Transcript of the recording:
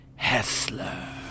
Hessler